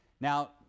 Now